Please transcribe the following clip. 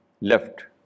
left